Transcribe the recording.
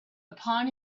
upon